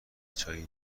چایی